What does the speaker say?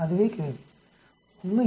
அதுவே கேள்வி உண்மையில்